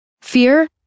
Fear